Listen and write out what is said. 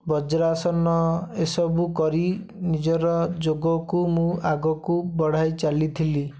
ବଜ୍ରାସନ ଏସବୁ କରି ନିଜର ଯୋଗ କୁ ମୁଁ ଆଗକୁ ବଢ଼ାଇ ଚାଲିଥିଲି